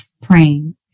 praying